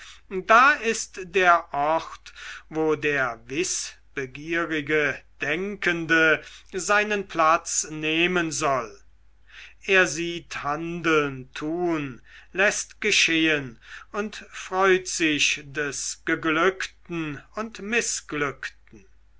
da ist der ort wo der wißbegierige denkende seinen platz nehmen soll er sieht handeln tun läßt geschehen und erfreut sich des geglückten und mißglückten